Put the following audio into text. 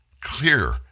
clear